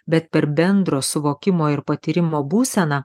bet per bendro suvokimo ir patyrimo būseną